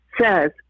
says